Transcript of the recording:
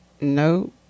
Nope